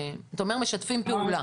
אתה אומר, משתפים פעולה.